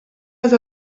les